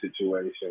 situation